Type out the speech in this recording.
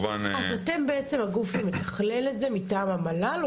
אתם למעשה הגוף המתכלל את הנושא מטעם המל"ל?